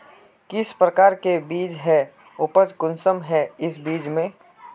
किस प्रकार के बीज है उपज कुंसम है इस बीज में?